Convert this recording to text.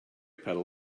pedal